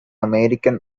american